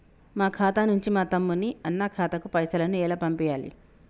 మా ఖాతా నుంచి మా తమ్ముని, అన్న ఖాతాకు పైసలను ఎలా పంపియ్యాలి?